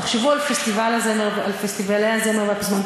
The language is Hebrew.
תחשבו על פסטיבלי הזמר והפזמון,